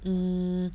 mm